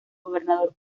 gobernador